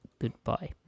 Goodbye